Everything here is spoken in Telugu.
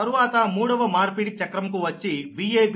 తరువాత మూడవ మార్పిడి చక్రం కు వచ్చి Vab